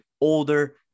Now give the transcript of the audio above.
older